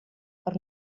per